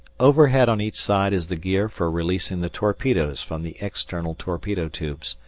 overhead on each side is the gear for releasing the torpedoes from the external torpedo tubes,